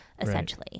essentially